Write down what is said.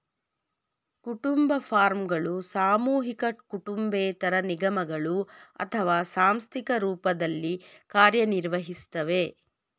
ಕುಟುಂಬ ಫಾರ್ಮ್ಗಳು ಸಾಮೂಹಿಕ ಕುಟುಂಬೇತರ ನಿಗಮಗಳು ಅಥವಾ ಸಾಂಸ್ಥಿಕ ರೂಪದಲ್ಲಿ ಕಾರ್ಯನಿರ್ವಹಿಸ್ತವೆ